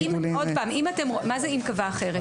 מה זה "אם קבע אחרת"?